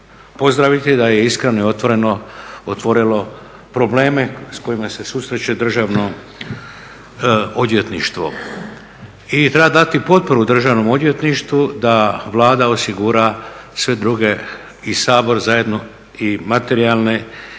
pozdraviti da je iskreno i otvoreno otvorilo probleme sa kojima se susreće Državno odvjetništvo. I treba dati potporu Državnom odvjetništvu da Vlada osigura sve druge i Sabor zajedno i materijalne i sve